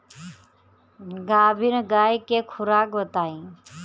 गाभिन गाय के खुराक बताई?